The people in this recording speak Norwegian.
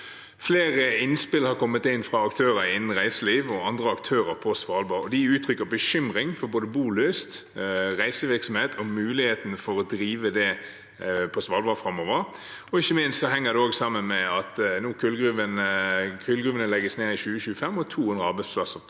Flere innspill har kommet inn fra aktører innen reiseliv og andre aktører på Svalbard. De uttrykker bekymring for både bolyst, reisevirksomhet og muligheten for å drive det på Svalbard framover. Ikke minst henger det sammen med at kullgruvene legges ned i 2025, og 200 arbeidsplasser